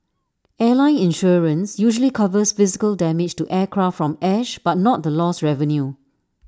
airline insurance usually covers physical damage to aircraft from ash but not the lost revenue